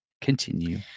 Continue